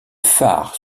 phare